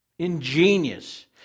Ingenious